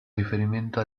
riferimento